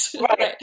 Right